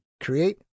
create